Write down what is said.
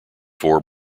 four